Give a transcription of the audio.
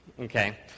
Okay